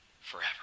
forever